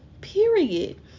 period